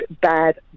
Bad